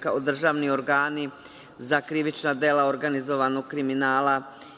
kao državni organi za krivična dela organizovanog kriminala